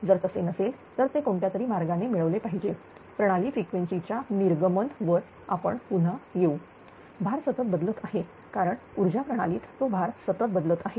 जर तसे नसेल तर ते कोणत्यातरी मार्गाने मिळवले पाहिजेप्रणाली फ्रिक्वेन्सी च्या निर्गमन वर आपण पुन्हा येऊ भार सतत बदलत आहे कारण ऊर्जा प्रणालीत तो भार सतत बदलत आहे